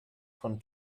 von